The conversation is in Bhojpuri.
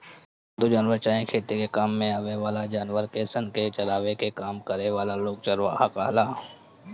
पालतू जानवर चाहे खेती में काम आवे वाला जानवर सन के चरावे के काम करे वाला लोग चरवाह कहाला